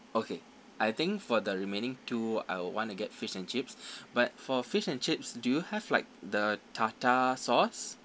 okay I think for the remaining two I would want to get fish and chips but for fish and chips do you have like the tartare sauce